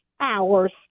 hours